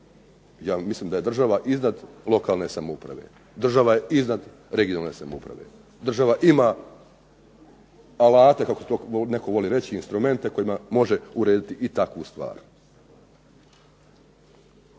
ja mislim da je država iznad lokalne samouprave, država je iznad regionalne samouprave, država ima alate kako to netko voli reći instrumente kojima može urediti i takvu stvar.